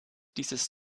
dieses